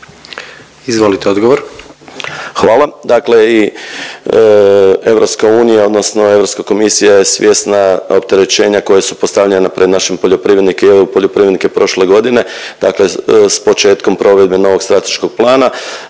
**Majdak, Tugomir** Hvala. Dakle, i EU odnosno Europska komisija je svjesna opterećenja koja su postavljena pred našim poljoprivrednike i eu poljoprivrednike prošle godine, dakle s početkom provedbe novog strateškog plana,